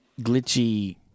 glitchy